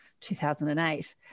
2008